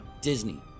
Disney